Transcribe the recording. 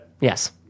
Yes